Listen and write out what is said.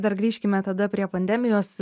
dar grįžkime tada prie pandemijos